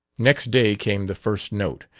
next day came the first note.